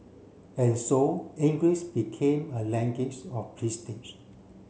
and so English became a language of prestige